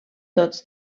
tots